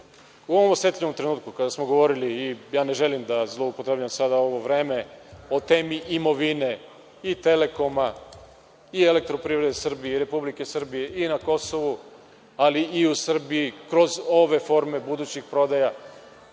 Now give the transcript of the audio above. U ovom osetljivom trenutku, kada smo govorili, a ja ne želim da zloupotrebljavam sada ovo vreme, o temi imovine i Telekoma i Elektroprivrede Srbije i Republike Srbije i na Kosovu, ali i u Srbiji, kroz ove forme budućih prodaja,